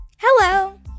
Hello